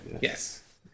Yes